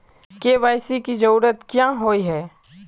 KYC की जरूरत क्याँ होय है?